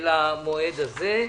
של המועד הזה.